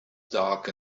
dark